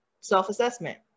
Self-assessment